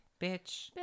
Bitch